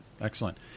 Excellent